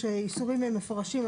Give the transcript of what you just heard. יש איסורים מפורשים,